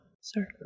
sir